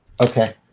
Okay